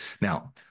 Now